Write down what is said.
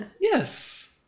yes